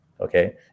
okay